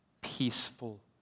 peaceful